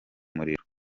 muriro